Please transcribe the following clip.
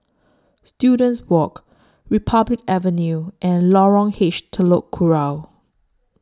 Students Walk Republic Avenue and Lorong H Telok Kurau